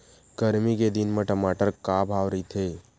गरमी के दिन म टमाटर का भाव रहिथे?